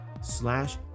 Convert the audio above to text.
slash